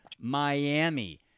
Miami